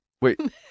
Wait